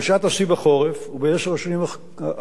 אבל שעת השיא בחורף, ובעשר השנים האחרונות,